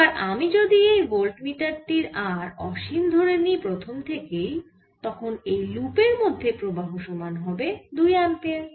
এবার আমি যদি এই ভোল্ট মিটার টির R অসীম ধরে নিই প্রথম থেকেই তখন এই লুপের মধ্যে প্রবাহ সমান হবে 2 অ্যাম্পেয়ার